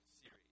series